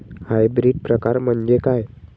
Hybrid प्रकार म्हणजे काय?